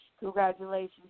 Congratulations